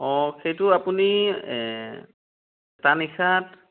অ' সেইটো আপুনি এটা নিশাত